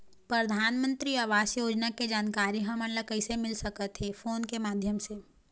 परधानमंतरी आवास योजना के जानकारी हमन ला कइसे मिल सकत हे, फोन के माध्यम से?